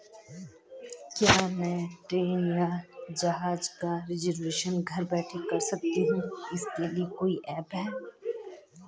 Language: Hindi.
क्या मैं ट्रेन या जहाज़ का रिजर्वेशन घर बैठे कर सकती हूँ इसके लिए कोई ऐप है?